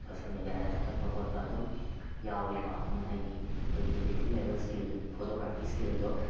social ꯃꯦꯗꯤꯌꯥꯗ ꯊꯥꯒꯠꯄ ꯈꯣꯠꯄ ꯑꯗꯨꯝ ꯌꯥꯎꯏꯀꯣ ꯑꯗꯨꯝ ꯑꯩꯒꯤ ꯑꯩꯈꯣꯏꯒꯤ ꯏꯗꯤꯠꯇꯤꯡ ꯂꯦꯕꯦꯜ ꯏꯁꯀꯤꯜ ꯐꯣꯇꯣꯒ꯭ꯔꯥꯐꯤ ꯏꯁꯀꯤꯜꯗꯣ